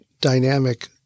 dynamic